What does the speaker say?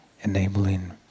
enabling